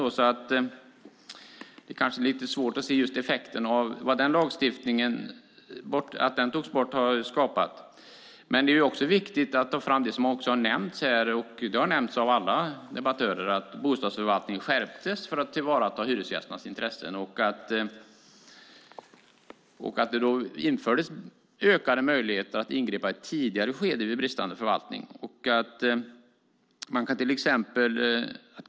Det kanske är lite svårt att se effekten av vad borttagandet av denna lagstiftning har skapat. Det är också viktigt att ta fram det som också har nämnts av alla debattörer, nämligen att bostadsförvaltningen skärptes för att tillvarata hyresgästernas intressen och att det infördes ökade möjligheter att ingripa i ett tidigare skede vid bristande förvaltning.